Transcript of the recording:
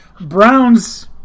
Browns